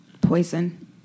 Poison